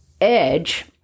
edge